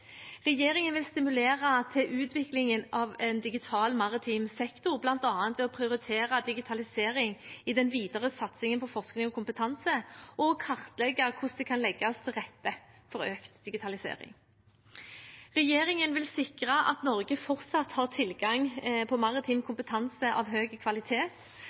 Regjeringen vil stimulere til utviklingen av en digital maritim sektor, bl.a. ved å prioritere digitalisering i den videre satsingen på forskning og kompetanse og kartlegge hvordan det kan legges til rette for økt digitalisering. Regjeringen vil sikre at Norge fortsatt har tilgang på maritim kompetanse av høy kvalitet,